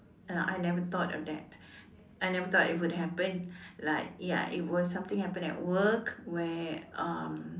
uh I never thought of that I never thought it would happen like ya it was something happened at work where um